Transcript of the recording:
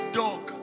dog